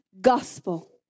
gospel